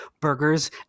burgers